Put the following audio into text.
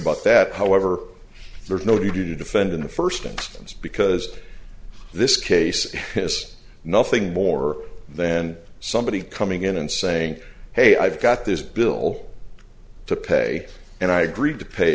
about that however there's no duty to defend in the first instance because this case is nothing more then somebody coming in and saying hey i've got this bill to pay and i agreed to pay